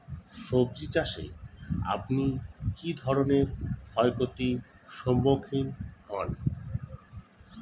সবজী চাষে আপনি কী ধরনের ক্ষয়ক্ষতির সম্মুক্ষীণ হন?